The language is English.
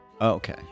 Okay